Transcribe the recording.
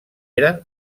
eren